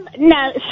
No